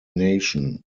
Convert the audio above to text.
nation